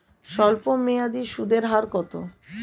স্বল্পমেয়াদী সুদের হার কত?